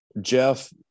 Jeff